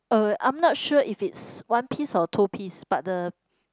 uh I'm not sure if it's one piece or two piece but the